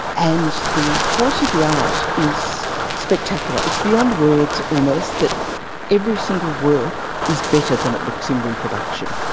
and the quality of the art is spectacular. it's beyond words almost, that every single work is better than it looks in reproduction.